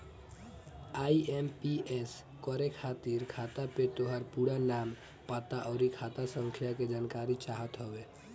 IMPS करे खातिर खाता पे तोहार पूरा नाम, पता, अउरी खाता संख्या के जानकारी चाहत हवे